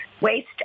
waste